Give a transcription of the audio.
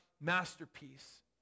masterpiece